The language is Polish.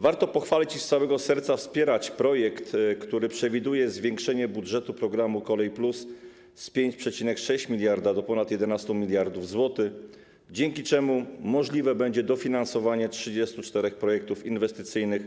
Warto pochwalić i z całego serca wspierać projekt, który przewiduje zwiększenie budżetu programu ˝Kolej+˝ z 5,6 mld zł do ponad 11 mld zł, dzięki czemu możliwe będzie dofinansowanie 34 projektów inwestycyjnych